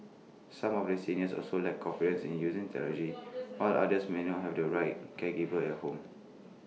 some of the seniors also lack confidence in using technology while others may not have the right caregivers at home